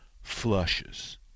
flushes